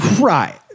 right